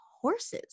horses